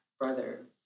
brothers